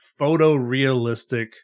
photorealistic